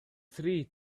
tree